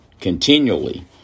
continually